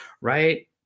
Right